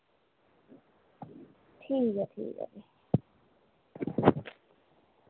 ठीक ऐ ठीक ऐ